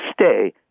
stay